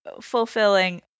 fulfilling